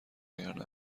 وگرنه